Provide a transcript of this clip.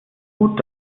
gut